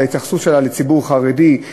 את ההתייחסות שלו לציבור החרדי,